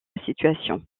situation